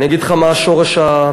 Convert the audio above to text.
אני אגיד לך מה שורש הצרה: